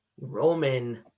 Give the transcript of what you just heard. Roman